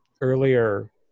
earlier